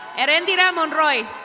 arantina monroy.